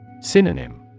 Synonym